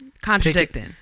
contradicting